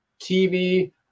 TV